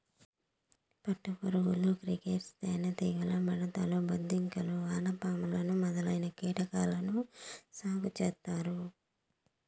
పట్టు పురుగులు, క్రికేట్స్, తేనె టీగలు, మిడుతలు, బొద్దింకలు, వానపాములు మొదలైన కీటకాలను సాగు చేత్తారు